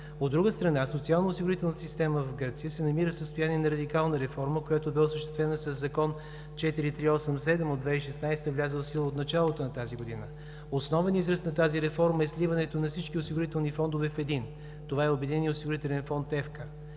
От друга страна, социалноосигурителната система в Гърция се намира в състояние на радикална реформа, която бе осъществена със Закон 4387 от 2016 г., и влязла в сила от началото на тази година. Основен израз на тази реформа е сливането на всички осигурителни фондове в един. Това е Обединеният осигурителен фонд ФК.